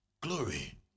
Glory